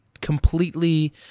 completely